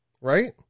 Right